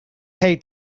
pay